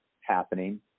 happening